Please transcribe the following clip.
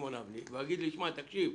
שמעון אבני ויגיד לי: שמע,